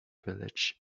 village